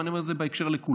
ואני אומר את זה בהקשר לכולם.